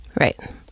Right